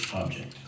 object